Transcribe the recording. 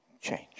change